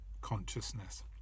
consciousness